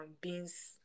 beans